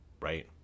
right